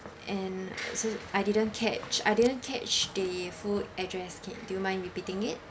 and so I didn't catch I didn't catch the full address can do you mind repeating it